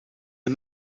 est